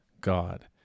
God